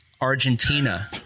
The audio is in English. Argentina